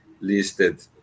listed